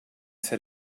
said